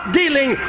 dealing